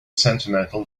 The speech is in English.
sentimental